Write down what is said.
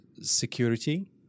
Security